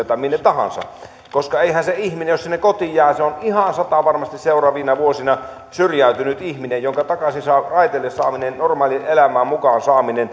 tai minne tahansa koska jos se ihminen sinne kotiin jää se on ihan satavarmasti seuraavina vuosina syrjäytynyt ihminen jonka saaminen takaisin raiteille saaminen mukaan normaaliin